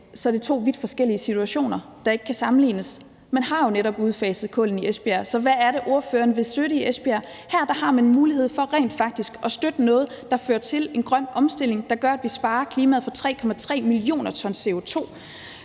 er det to vidt forskellige situationer, der ikke kan sammenlignes. Man har jo netop udfaset kullet i Esbjerg, så hvad er det, spørgeren vil støtte i Esbjerg? Her har man mulighed for rent faktisk at støtte noget, der fører til en grøn omstilling, som gør, at vi sparer klimaet for 3,3 mio. t CO2.